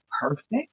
perfect